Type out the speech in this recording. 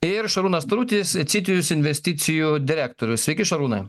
ir šarūnas tarutis citijus investicijų direktorius sveiki šarūnai